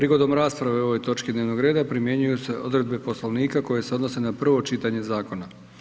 Prigodom rasprave o ovoj točki dnevnog reda primjenjuju se odredbe Poslovnika koje se odnose na prvo čitanje zakona.